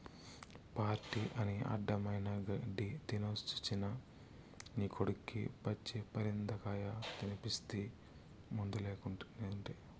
party అని అడ్డమైన గెడ్డీ తినేసొచ్చిన నీ కొడుక్కి పచ్చి పరిందకాయ తినిపిస్తీ మందులేకుటే